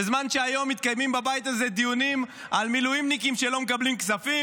בזמן שהיום מתקיימים בבית הזה דיונים על מילואימניקים שלא מקבלים כספים?